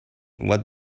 what